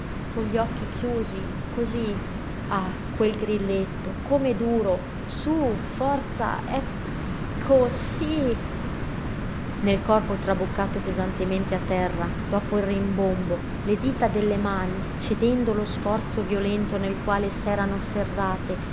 con gli occhi chiusi cosí ah quel grilletto come duro sú forza ec co sí nel corpo traboccato pesantemente a terra dopo il rimbombo le dita delle mani cedendo lo sforzo violento nel quale s'erano serrate